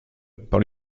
par